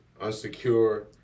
unsecure